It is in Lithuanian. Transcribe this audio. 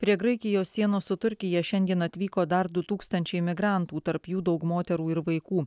prie graikijos sienos su turkija šiandien atvyko dar du tūkstančiai migrantų tarp jų daug moterų ir vaikų